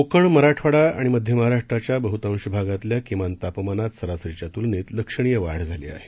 कोकण मराठवाडा आणि मध्य महाराष्ट्राच्या बहुंताश भागातल्या किमान तापमानात सरसरीच्या तुलनेत लक्षणीय वाढ झाली आहे